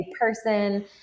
person